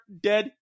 dead